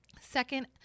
Second